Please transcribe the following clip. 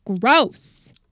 Gross